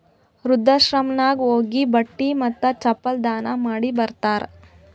ವೃದ್ಧಾಶ್ರಮನಾಗ್ ಹೋಗಿ ಬಟ್ಟಿ ಮತ್ತ ಚಪ್ಪಲ್ ದಾನ ಮಾಡಿ ಬರ್ತಾರ್